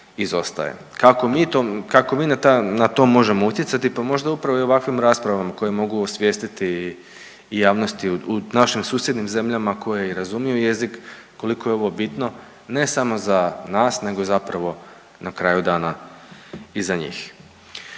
kako mi na to možemo utjecati? Pa možda upravo i ovakvim raspravama koje mogu osvijestiti i javnosti u našim susjednim zemljama koje i razumiju jezik koliko je ovo bitno ne samo za nas nego zapravo na kraju dana i za njih.